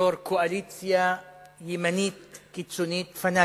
בתור קואליציה ימנית קיצונית פנאטית,